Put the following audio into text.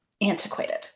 antiquated